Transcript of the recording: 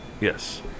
Yes